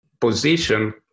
position